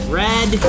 red